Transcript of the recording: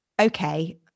okay